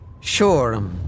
Sure